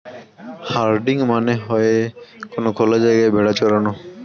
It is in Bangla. হার্ডিং মানে হয়ে কোনো খোলা জায়গায় ভেড়া চরানো